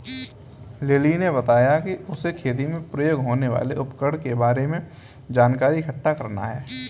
lily ने बताया कि उसे खेती में प्रयोग होने वाले उपकरण के बारे में जानकारी इकट्ठा करना है